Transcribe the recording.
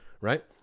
Right